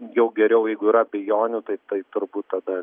jau geriau jeigu yra abejonių tai taip turbūt tada